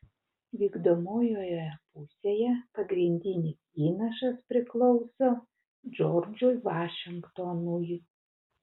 vykdomojoje pusėje pagrindinis įnašas priklauso džordžui vašingtonui